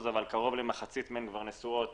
אבל קרוב למחציתן נשואות